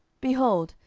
behold,